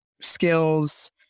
skills